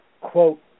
quote